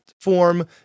form